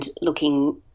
looking